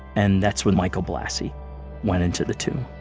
and that's when michael blassi went into the tomb